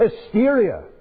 hysteria